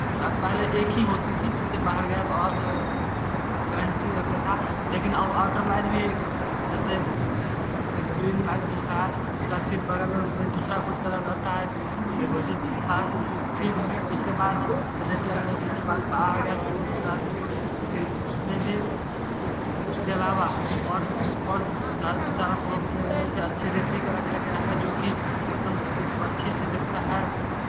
पहले एक ही होती थी जिससे बाहर गया तो आउट पैनैलटी रखता था लेकिन आउटर लाइन में जैसे ग्रीन लाइन होता है उसका ठीक बगल में दूसरा कोई कलर रहता है जिससे पास थी उसके बाद रेड लाइट में भी जिससे बाल बाहर गया तो उसमें भी उसके अलावा और और सा सारा पुरु अच्छी रेफरी रखा गया है जो कि एकदम अच्छी सी दिखता है